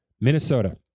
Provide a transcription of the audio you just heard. minnesota